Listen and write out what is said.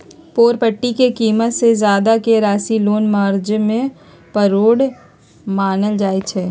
property के कीमत से जादा के राशि के लोन मोर्गज में फरौड मानल जाई छई